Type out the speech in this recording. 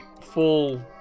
full